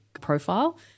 profile